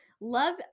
Love